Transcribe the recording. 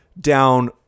down